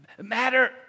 Matter